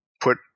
put